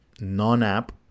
non-app